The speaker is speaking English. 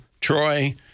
Troy